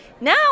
Now